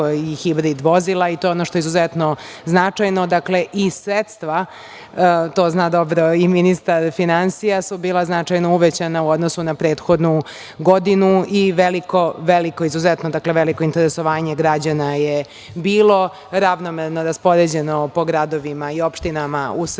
i hibrid vozila i to je ono što je izuzetno značajno. Dakle, i sredstva, to zna dobro i ministar finansija, su bila značajno uvećana u odnosu na prethodnu godinu i veliko izuzetno interesovanje građana je bilo. Ravnomerno je raspoređeno po gradovima i opštinama u Srbiji